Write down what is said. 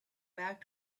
back